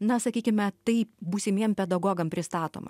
na sakykime tai būsimiem pedagogam pristatoma